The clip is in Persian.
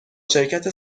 شرکت